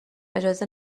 اجازه